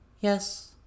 Yes